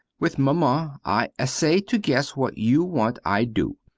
with maman i essay to guess what you want i do.